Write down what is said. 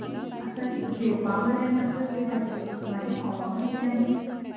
शी आतां घेवपा म्हणल्यार नाका जातली भाजी भाजी खावपा म्हण कितें आमी